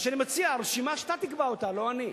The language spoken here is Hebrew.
מה שאני מציע, רשימה שאתה תקבע אותה, לא אני.